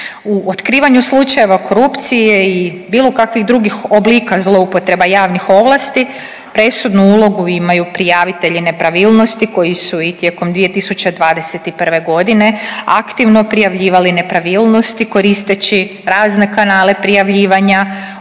U otkrivanju slučajeva korupcije i bilo kakvih drugih oblika zloupotreba javnih ovlasti presudnu ulogu imaju prijavitelji nepravilnosti koji su i tijekom 2021. godine aktivno prijavljivali nepravilnosti koristeći razne kanale prijavljivanja